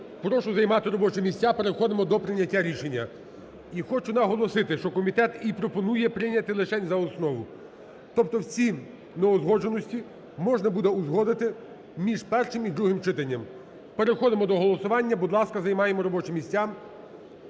Прошу займати робочі місця переходимо до прийняття рішення. І хочу наголосити, що комітет і пропонує прийняти лишень за основу. Тобто всі неузгодженості можна буде узгодити між першим і другим читанням. Переходимо до голосування, будь ласка, займаємо робочі місця.